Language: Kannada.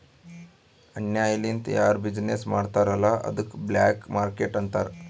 ಅನ್ಯಾಯ ಲಿಂದ್ ಯಾರು ಬಿಸಿನ್ನೆಸ್ ಮಾಡ್ತಾರ್ ಅಲ್ಲ ಅದ್ದುಕ ಬ್ಲ್ಯಾಕ್ ಮಾರ್ಕೇಟ್ ಅಂತಾರ್